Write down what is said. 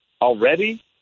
already